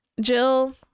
Jill